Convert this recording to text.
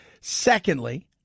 secondly